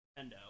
Nintendo